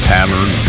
Tavern